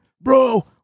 bro